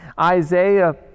Isaiah